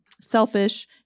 selfish